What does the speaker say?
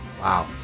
Wow